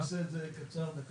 אני אעשה את זה קצר, דקה.